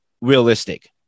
realistic